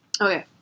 Okay